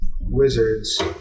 wizards